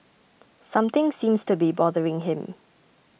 something seems to be bothering him